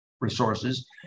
resources